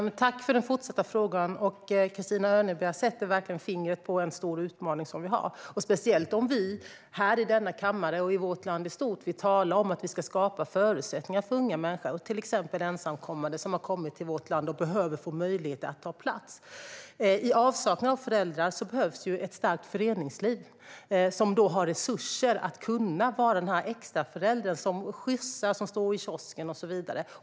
Fru talman! Jag tackar Christina Örnebjär för den fortsatta frågan. Christina Örnebjär sätter fingret på en stor utmaning för oss, speciellt som vi i denna kammare och i landet i stort talar om att skapa förutsättningar för unga människor, bland annat ensamkommande som har kommit till vårt land och behöver få möjligheter att ta plats. I avsaknad av föräldrar behövs ett starkt föreningsliv som har resurser att kunna vara den där extraföräldern som skjutsar, står i kiosken och så vidare.